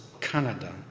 Canada